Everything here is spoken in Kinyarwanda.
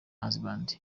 husband